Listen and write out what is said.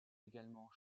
également